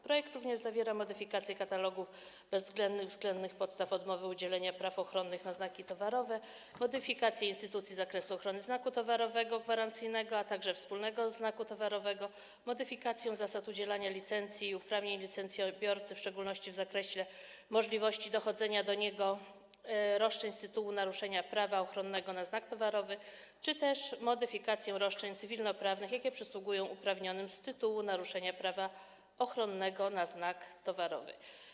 Projekt również zawiera modyfikację katalogu bezwzględnych i względnych podstaw odmowy udzielenia praw ochronnych na znaki towarowe, modyfikację instytucji i zakresu ochrony znaku towarowego gwarancyjnego, a także wspólnego znaku towarowego, modyfikację zasad udzielania licencji i uprawnień licencjobiorcy, w szczególności w zakresie możliwości dochodzenia przez niego roszczeń z tytułu naruszenia prawa ochronnego na znak towarowy, czy też modyfikację roszczeń cywilnoprawnych, jakie przysługują uprawnionym z tytułu naruszenia prawa ochronnego na znak towarowy.